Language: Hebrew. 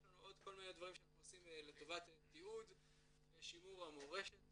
יש לנו עוד כל מיני דברים שאנחנו עושים לטובת תיעוד ושימור המורשת